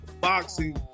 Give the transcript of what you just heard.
boxing